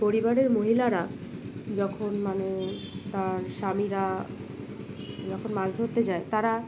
পরিবারের মহিলারা যখন মানে তার স্বামীরা যখন মাছ ধরতে যায় তারা